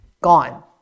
gone